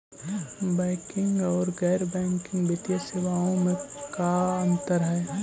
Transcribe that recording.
Banking और गैर banking वित्तीय सेवाओं में का अंतर हइ?